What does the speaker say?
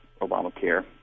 Obamacare